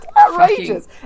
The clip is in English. outrageous